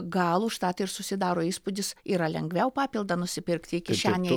gal užtat ir susidaro įspūdis yra lengviau papildą nusipirkti kišenėj